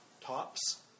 tops